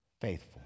faithful